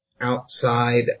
outside